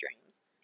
dreams